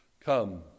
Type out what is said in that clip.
Come